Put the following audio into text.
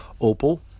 opal